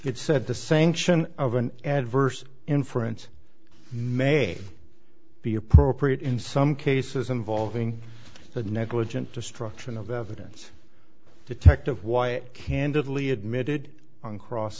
it said the sanction of an adverse inference may be appropriate in some cases involving the negligent destruction of evidence detective wyatt candidly admitted on cross